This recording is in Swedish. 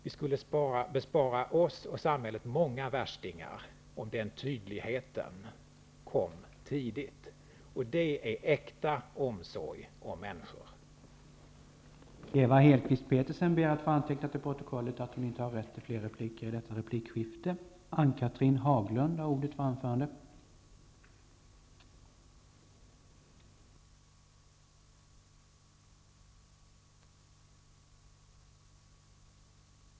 Vi skulle bespara oss och samhället många värstingar, om denna tydlighet visades på ett tidigt stadium. Det vore äkta omsorg om människor.